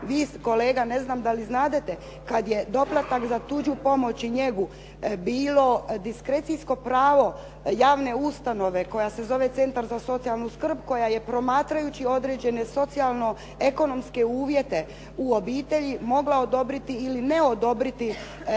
Vi kolega ne znam da li znadete, kad je doplatak za tuđu pomoć i njegu bilo diskrecijsko pravo javne ustanove koja se zove centar za socijalnu skrb koja je promatrajući određene socijalno ekonomske uvjete u obitelji mogla odobriti ili ne odobriti